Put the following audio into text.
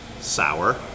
Sour